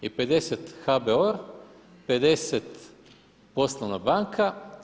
I 50 HBOR, 50 poslovna banka.